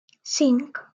cinc